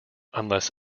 unless